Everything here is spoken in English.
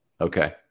Okay